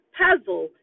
puzzle